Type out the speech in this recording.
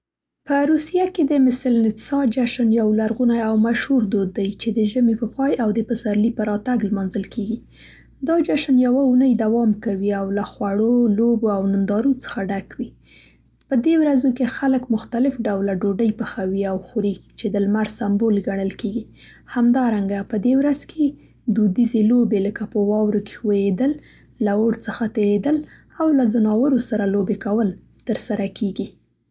په روسیه کې د مسلنیتسا جشن یو لرغونی او مشهور دود دی چې د ژمي په پای او د پسرلي په راتګ نمانځل کیږي. دا جشن یوه اوونۍ دوام کوي او له خوړو، لوبو او نندارو څخه ډک وي. په دې ورځو کې خلک مختلف ډوله ډوډۍ پخوي او خوري، چې د لمر سمبول ګڼل کیږي. همدارنګه په دې ورځ کې دودیزې لوبې لکه په واورو کې ښویېدل، له اور څخه تېرېدل او له ځناورو سره لوبې کول هم ترسره کیږي.